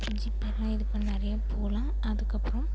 GPay எல்லாம் இது பண்ணி நிறைய போகலாம் அதுக்கு அப்புறோம்